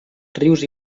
rius